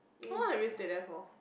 how long have you stay there for